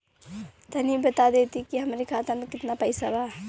तनि बता देती की हमरे खाता में कितना पैसा बा?